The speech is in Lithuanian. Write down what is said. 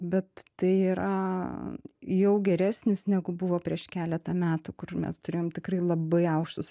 bet tai yra jau geresnis negu buvo prieš keletą metų kur mes turėjom tikrai labai aukštus